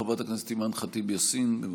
חברת הכנסת אימאן ח'טיב יאסין, בבקשה.